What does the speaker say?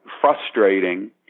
frustrating